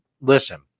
Listen